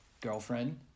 girlfriend